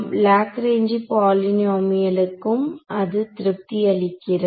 லக்ராஞ்சி பாலினாமியலுக்கும் அது திருப்தி அளிக்கிறது